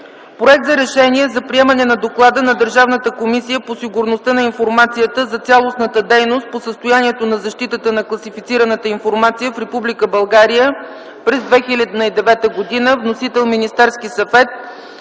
Проект за Решение за приемане на доклада на Държавната комисия по сигурността на информацията за цялостната дейност по състоянието на защитата на класифицираната информация в Република България през 2009 г. Вносител е Министерският